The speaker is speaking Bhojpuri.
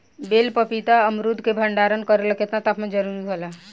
बेल पपीता और अमरुद के भंडारण करेला केतना तापमान जरुरी होला?